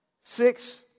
six